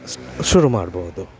ಶುರು ಮಾಡ್ಬೋದು